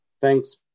Thanks